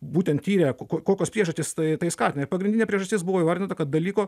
būtent tyrė ko kokios priežastys tai tai skatina ir pagrindinė priežastis buvo įvardinta kad dalyko